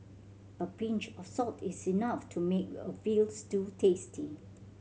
a pinch of salt is enough to make a veal stew tasty